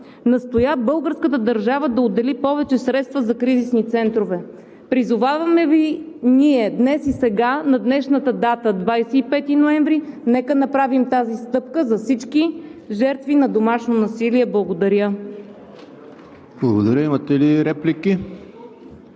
настоя българската държава да отдели повече средства за кризисни центрове. Призоваваме Ви днес и сега, на днешната дата – 25 ноември, нека направим тази стъпка за всички жертви на домашно насилие. Благодаря. ПРЕДСЕДАТЕЛ ЕМИЛ